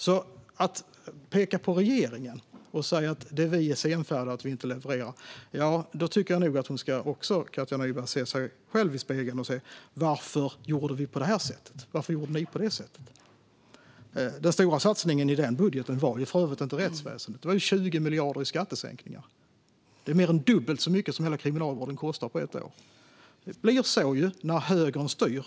När Katja Nyberg pekar på regeringen och säger att vi är senfärdiga och inte levererar tycker jag nog att hon också ska se sig själv i spegeln och fråga: Varför gjorde vi på det här sättet? Den stora satsningen i den budgeten var för övrigt inte rättsväsendet; det var 20 miljarder i skattesänkningar. Det är mer än dubbelt så mycket som hela kriminalvården kostar på ett år. Det blir så när högern styr.